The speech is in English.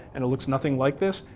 and it looks nothing like this,